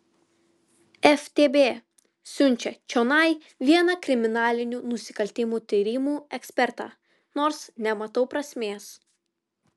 ftb siunčia čionai vieną kriminalinių nusikaltimų tyrimų ekspertą nors nematau prasmės